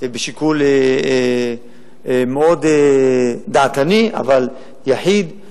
ובשיקול מאוד דעתני, אבל יחיד.